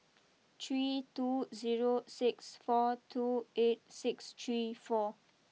three two zero six four two eight six three four